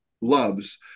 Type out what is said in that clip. loves